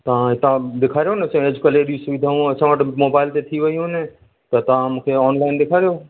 तव्हां हितां ॾेखारियो न साईं अॼुकल्ह ऐॾी सुविधाऊं असां वटि मोबाइल ते थी वयूं आहिनि त तव्हां मूंखे ऑनलाइन ॾेखारियो